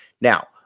now